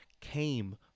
came